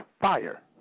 fire